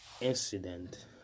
incident